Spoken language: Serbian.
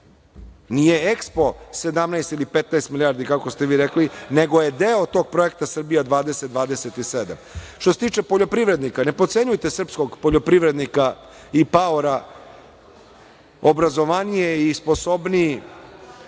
nije EKSPO 17 ili 15 milijardi, kako ste vi rekli, nego je deo tog projekta „Srbija 2027“.Što se tiče poljoprivrednika, ne potcenjujte srpskog poljoprivrednika i paora, obrazovaniji je i sposobniji